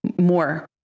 more